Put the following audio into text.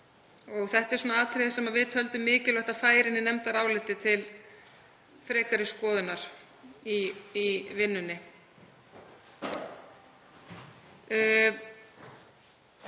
Þetta er atriði sem við töldum mikilvægt að færa inn í nefndarálitið til frekari skoðunar í vinnunni.